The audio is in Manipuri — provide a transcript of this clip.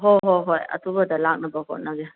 ꯍꯣꯍꯣ ꯍꯣꯏ ꯑꯊꯨꯕꯗ ꯂꯥꯛꯅꯕ ꯍꯣꯠꯅꯒꯦ